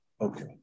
okay